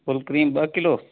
full cream ॿ kilo